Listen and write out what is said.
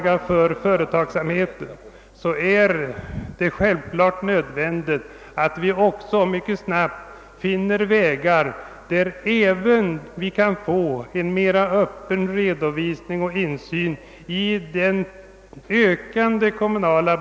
Åtgärder för att fördjupa och stärka det svenska folkstyret dels om en allsidig utredning om det statliga partistödets konstruktion och om andra i motionen berörda frågor som sammanhänger med partiernas finansiering, dels att motionen därutöver lämnas till grundlagberedningen för beaktande av däri angivna riktlinjer, i syfte att fördjupa och stärka den svenska folkstyrelsen».